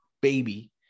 baby